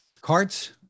carts